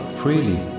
freely